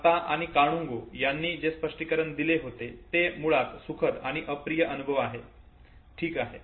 दत्ता आणि कानुंगो यांनी जे स्पष्टीकरण दिले होते ते मुळात सुखद आणि अप्रिय अनुभव आहे ठीक आहे